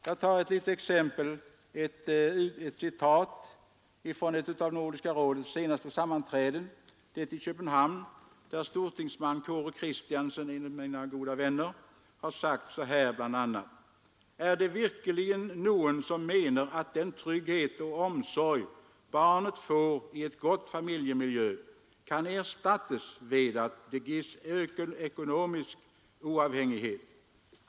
Jag tar som exempel ett citat från ett av Nordiska rådets senaste sammanträden — i Köpenhamn =— där stortingsman Kåre Kristiansen, en av mina goda vänner, sade bl.a.: ”Er det virkelig noen som mener at den trygghet og omsorg barnet får i et godt familiemiljo, kan erstates ved at det gis okonomisk uavhengighet?